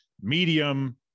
medium